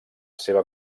seva